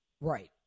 Right